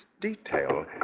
detail